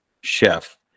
chef